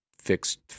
fixed